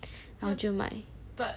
然后就卖